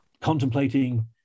contemplating